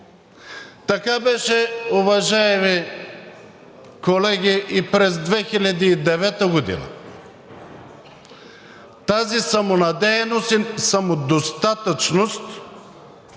Така беше, уважаеми колеги, и през 2009 г. Тази самонадеяност и самодостатъчност,